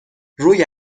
روی